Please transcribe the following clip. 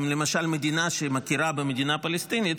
למשל: מדינה שמכירה במדינה פלסטינית,